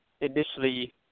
initially